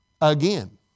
again